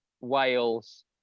Wales